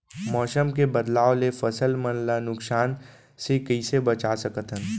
मौसम के बदलाव ले फसल मन ला नुकसान से कइसे बचा सकथन?